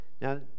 Now